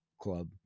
Club